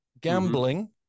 gambling